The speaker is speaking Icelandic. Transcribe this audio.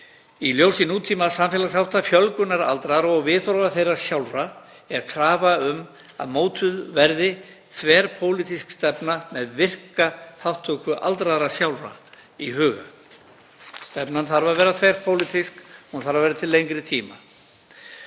Í ljósi nútímasamfélagshátta, fjölgunar aldraðra og viðhorfa þeirra sjálfra er krafa um að mótuð verði þverpólitísk stefna með virka þátttöku aldraðra sjálfra í huga. Stefnan þarf að vera þverpólitísk, hún þarf að vera til lengri tíma.